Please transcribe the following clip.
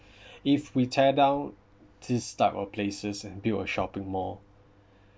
if we tear down this type of places and build a shopping mall